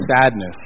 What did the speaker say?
sadness